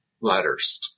letters